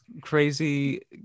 crazy